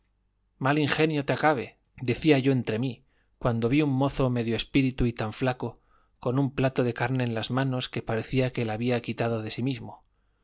mal ingenio te acabe decía yo entre mí cuando vi un mozo medio espíritu y tan flaco con un plato de carne en las manos que parecía que la había quitado de sí mismo